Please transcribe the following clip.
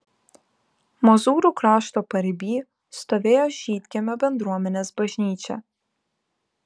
mozūrų krašto pariby stovėjo žydkiemio bendruomenės bažnyčia